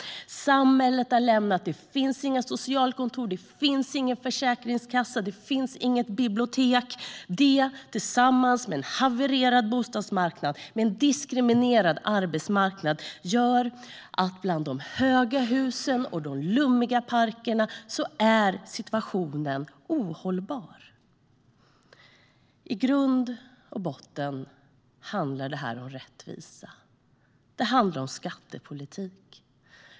Samhället har lämnat förorten. Det finns inga socialkontor. Det finns ingen försäkringskassa. Det finns inget bibliotek. Det tillsammans med en havererad bostadsmarknad, med en diskriminerande arbetsmarknad, gör att bland de höga husen och de lummiga parkerna är situationen ohållbar. I grund och botten handlar det om rättvisa. Det handlar om skattepolitik.